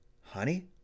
Honey